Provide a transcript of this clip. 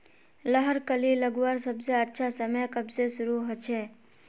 लहर कली लगवार सबसे अच्छा समय कब से शुरू होचए?